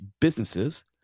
businesses